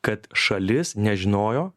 kad šalis nežinojo